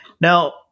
Now